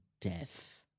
death